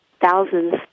thousands